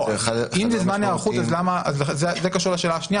אם זה זמן היערכות אז למה זה קשור לשאלה השנייה